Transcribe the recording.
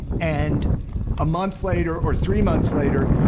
and a month later, or three months later,